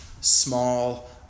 small